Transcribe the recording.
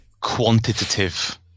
quantitative